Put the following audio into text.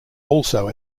also